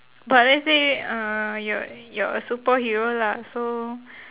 but let's say uh you're you're a superhero lah so